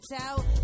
out